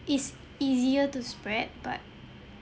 it's easier to spread but